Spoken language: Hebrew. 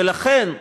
ולכן,